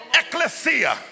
ecclesia